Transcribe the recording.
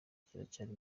kiracyari